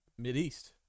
Mideast